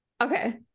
okay